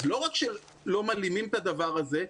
אז לא רק שלא מלאימים את הדבר הזה,